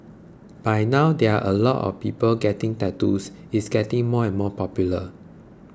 by now there are a lot of people getting tattoos it's getting more and more popular